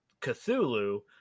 Cthulhu